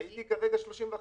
ראיתי כרגע 31 ביולי,